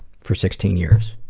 for sixteen years.